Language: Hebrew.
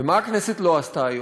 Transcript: ומה הכנסת לא עשתה היום?